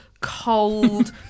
cold